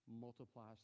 multiplies